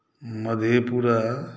Madhepura